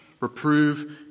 reprove